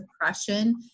depression